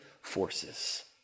forces